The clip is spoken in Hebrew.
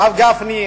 הרב גפני,